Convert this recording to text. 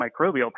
microbial